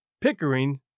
Pickering